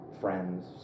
friends